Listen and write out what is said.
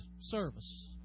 service